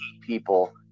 people